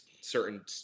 certain